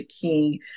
King